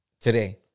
Today